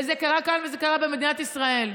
וזה קרה כאן, זה קרה במדינת ישראל.